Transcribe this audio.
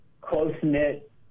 close-knit